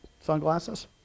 sunglasses